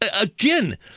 again